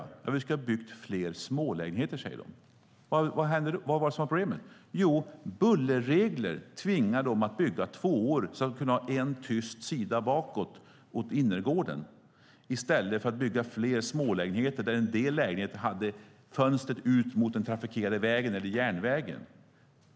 De svarade: Vi skulle bygga fler smålägenheter. Vad var problemet? Jo, bullerregler tvingar dem att bygga tvåor som har en tyst sida bakåt mot innergården i stället för att bygga fler smålägenheter där en del lägenheter har fönstret ut mot den trafikerade vägen eller järnvägen.